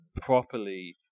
properly